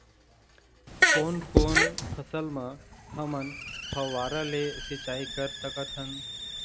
कोन कोन फसल म हमन फव्वारा ले सिचाई कर सकत हन?